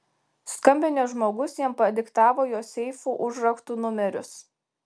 skambinęs žmogus jam padiktavo jo seifų užraktų numerius